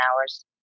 hours